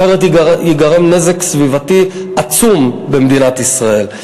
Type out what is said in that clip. אחרת ייגרם נזק סביבתי עצום במדינת ישראל.